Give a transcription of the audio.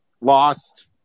lost